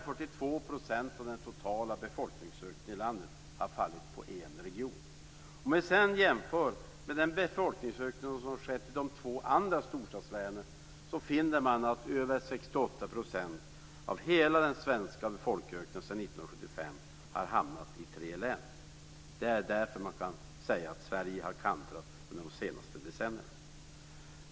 42 % av den totala befolkningsökningen i landet har fallit på en region. Om man sedan jämför med den befolkningsökning som har skett i de två andra storstadslänen finner man att över 68 % av hela den svenska befolkningsökningen sedan 1975 har hamnat i tre län. Det är därför som man kan säga att Sverige har kantrat under de senaste decennierna.